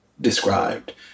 described